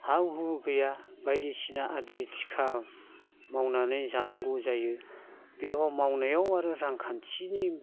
हा हु गैया बायदिसिना आदि थिखा मावनानै जानांगौ जायो बेयाव मावनायाव आरो रांखान्थिनिबो